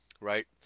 Right